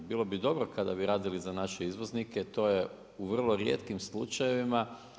Bilo bi dobro kada bi radili za naše izvoznike, to je u vrlo rijetkim slučajevima.